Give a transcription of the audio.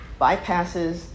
bypasses